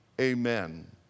Amen